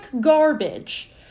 garbage